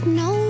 no